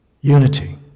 unity